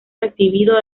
recibido